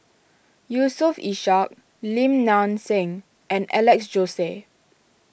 Yusof Ishak Lim Nang Seng and Alex Josey